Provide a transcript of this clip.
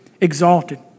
exalted